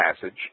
passage